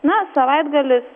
na savaitgalis